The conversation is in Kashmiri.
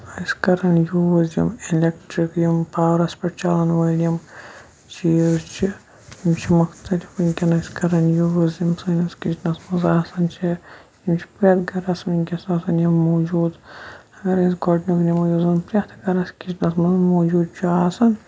أسۍ کران یوٗز یِم ایٚلیٚکٹِرٛک یِم پاورَس پٮ۪ٹھ چَلَن وٲلۍ یِم چیٖز چھِ یِم چھِ مختلف وٕنکیٚن أسۍ کَران یوٗز یِم سٲنِس کِچنَس منٛز آسان چھِ یِم چھِ پرٛٮ۪تھ گَرَس وٕنکیٚس آسان یِم موٗجوٗد اگر أسۍ گۄڈٕنیُک نِمو یُس زَن پرٛٮ۪تھ گَرَس کِچنَس منٛز موٗجوٗد چھُ آسان